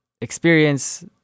experience